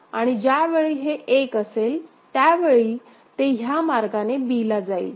आणि ज्यावेळी हे 1 असेल त्यावेळी ते ह्या मार्गाने b ला जाईल